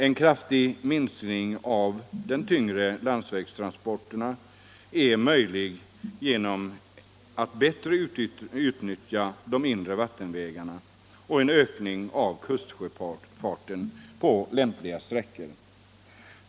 En kraftig minskning av de tyngre landsvägstransporterna är möjlig genom ett bättre utnyttjande av de inre vattenvägarna och en ökning av kustsjöfarten på lämpliga sträckor.